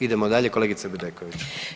Idemo dalje, kolegica Bedeković.